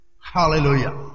Hallelujah